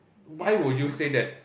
why would you say that